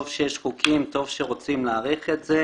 טוב שיש חוקים, טוב שרוצים להאריך את זה.